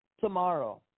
tomorrow